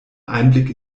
einblick